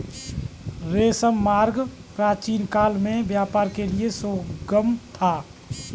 रेशम मार्ग प्राचीनकाल में व्यापार के लिए सुगम था